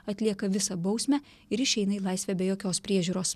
atlieka visą bausmę ir išeina į laisvę be jokios priežiūros